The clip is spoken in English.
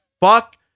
Fuck